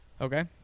okay